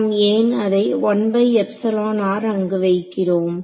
நாம் ஏன் அதை அங்கு வைக்கிறோம்